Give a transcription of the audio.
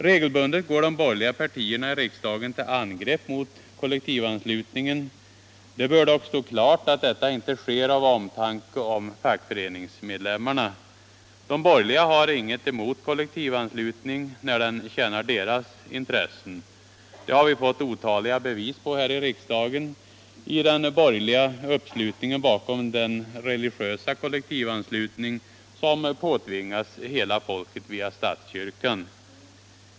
Regelbundet går de borgerliga partierna i riksdagen till angrepp mot kollektivanslutningen. Det bör dock stå klart att detta inte sker av omtanke om fackföreningsmedlemmarna. De borgerliga har inget emot kollektivanslutning när den tjänar deras intressen. Det har vi fått otaliga bevis på här i riksdagen i den borgerliga uppslutningen bakom den religiösa kollektivanslutning som påtvingas hela folket via statskyrkan.